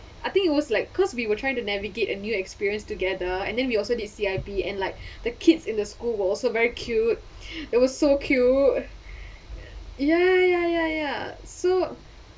I think it was like cause we were trying to navigate a new experience together and then we also did C_I_P and like the kids in the school were also very cute they were so cute ya ya ya ya so